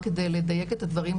רק כדי לדייק את הדברים,